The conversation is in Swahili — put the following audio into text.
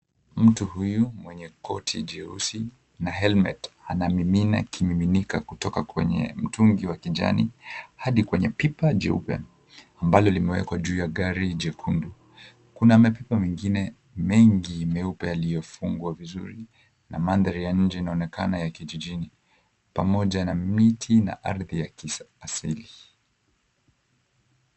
Mtu huyu mwenye koti jeusi na helmeti, anamimina kimiminika kutoka kwenye mtungi wa kijani, hadi kwenye pipa jeupe. Ambalo limewekwa juu ya gari jekundu. Kuna mapipa mengine mengi meupe yaliyofungwa vizuri. Na mandhari ya nje inaonekana ya kijijini, pamoja na miti na ardhi ya asili.